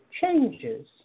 changes